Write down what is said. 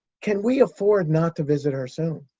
can we afford not to visit her soon?